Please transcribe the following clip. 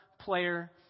player